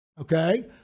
okay